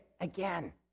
again